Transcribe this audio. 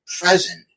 present